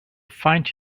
find